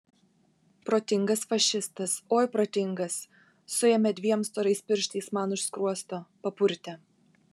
protingas fašistas oi protingas suėmė dviem storais pirštais man už skruosto papurtė